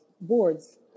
boards